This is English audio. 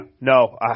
no